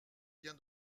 bien